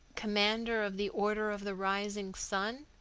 commander of the order of the rising sun?